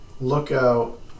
Lookout